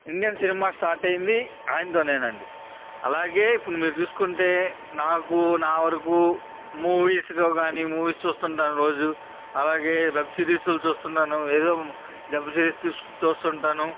Indian cinema start అయ్యింది ఆయనతో అండి అలాగే ఇప్పుడు మీరు చూసుకుంటే నాకు నా వరకు మూవీస్లో కానీ మూవీస్ చూస్తుంటాను రోజు అలాగే వెబ్ సిరీసులు చూస్తున్నాను ఏదో జనరలైస్ చేసి చూస్తుంటాను